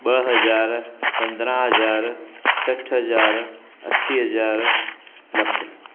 ॿ हज़ार पंद्रहं हज़ार सठि हज़ार असीं हज़ार लखु